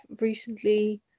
recently